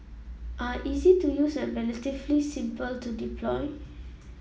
are easy to use and relatively simple to deploy